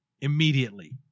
immediately